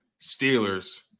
Steelers